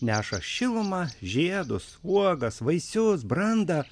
neša šilumą žiedus uogas vaisius brandą